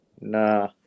Nah